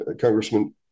Congressman